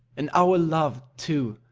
and our love too,